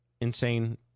insane